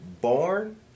born